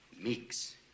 Meeks